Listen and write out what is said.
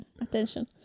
attention